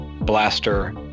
Blaster